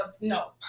no